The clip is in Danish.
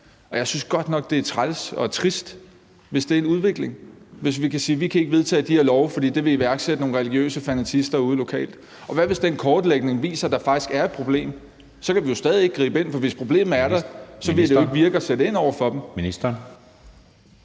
Jeg synes godt nok, det er træls og trist, hvis det er en udvikling, hvor vi kan sige: Vi kan ikke vedtage de her love, for det vil aktivere nogle religiøse fanatister ude lokalt. Og hvad hvis den kortlægning viser, at der faktisk er et problem? Så kan vi jo stadig ikke gribe ind, for hvis problemet er der, så vil det jo ikke virke at sætte ind over for dem.